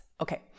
Okay